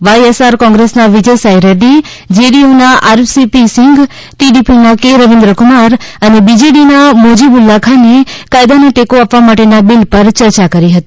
YSR કોંગ્રેસના વિજયસાઇ રેડ્ડી જેડીયુના RCP Singh ટીડીપીના કે રવિન્દ્ર કુમાર અને બીજેડીના મોઝીબુલ્લા ખાને કાયદાને ટેકો આપવા માટેના બિલ પર ચર્ચા કરી હતી